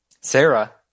Sarah